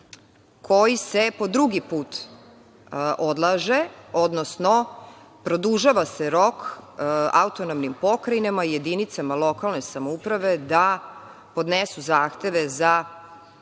koji se po drugi put odlaže, odnosno produžava se rok autonomnim pokrajinama, jedinicama lokalne samouprave da podnesu zahteve za